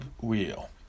wheel